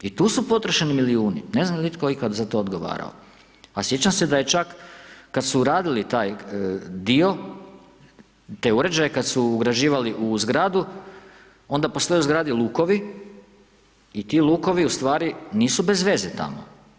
I tu su potrošni milijuni, ne znam je li itko ikad za to odgovarao a sjećam se da je čak kad su radili taj dio, te uređaju kad su ugrađivali u zgradu onda postoje u zgradi lukovi i ti lukovi ustvari nisu bezveze tamo.